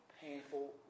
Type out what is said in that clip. painful